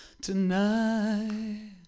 tonight